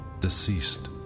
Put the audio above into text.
deceased